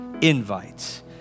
invites